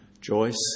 Joyce